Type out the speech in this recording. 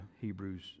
Hebrews